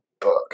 book